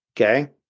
Okay